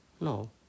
No